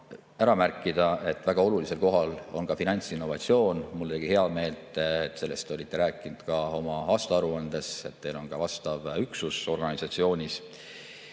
ära märkida, et väga olulisel kohal on ka finantsinnovatsioon. Mulle tegi heameelt, et te olite sellest rääkinud ka oma aastaaruandes, et teil on ka vastav üksus organisatsioonis.